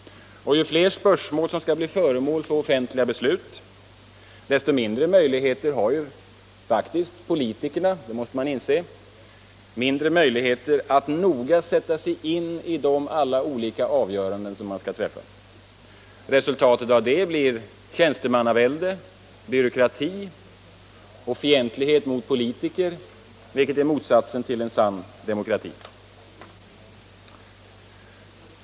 Ju fler spörsmål som skall bli föremål för offentliga beslut, desto mindre möjligheter har ju faktiskt politikerna — det måste man inse — att noga sätta sig in i alla de olika avgöranden som man skall träffa. Resultatet av det blir tjänstemannavälde, byråkrati och fientlighet mot politiker, vilket är motsatsen till en sann demokrati.